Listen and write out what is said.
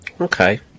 okay